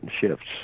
shifts